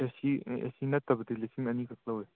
ꯑꯦ C ꯑꯥ A C ꯅꯠꯇꯕꯗꯤ ꯂꯤꯁꯤꯡ ꯈꯛ ꯂꯧꯏ